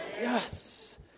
Yes